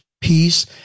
peace